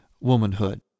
womanhood